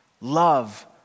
love